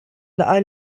laqgħa